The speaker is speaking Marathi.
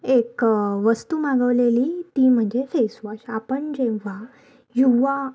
एक वस्तू मागवलेली ती म्हणजे फेसवॉश आपण जेव्हा युवा